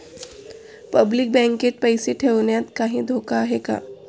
Public बँकेत पैसे ठेवण्यात काही धोका आहे का?